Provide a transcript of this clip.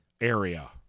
area